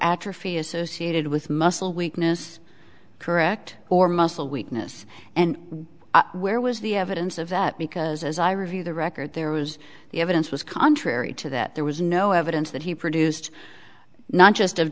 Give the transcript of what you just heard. atrophy associated with muscle weakness correct or muscle weakness and where was the evidence of that because as i reviewed the record there was the evidence was contrary to that there was no evidence that he produced not just of